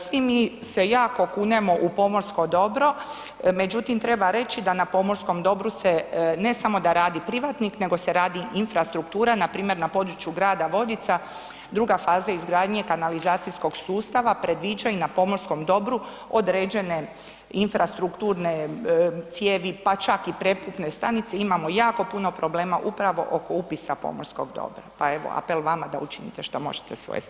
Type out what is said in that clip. Svi mi se jako kunemo u pomorsko dobro međutim treba reći da na pomorskom dobru se ne samo da radi privatnik nego se radi infrastruktura npr. na području grada Vodica, druga faza izgradnje kanalizacijskog sustava predviđa i na pomorskom dobru određene infrastrukturne cijevi pa čak i preputne stanice, imamo jako puno problema upravo oko upisa pomorskog dobra pa evo apel vama da učinite šta možete sa svoje strane.